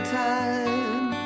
time